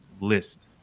list